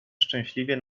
szczęśliwie